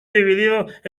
divididos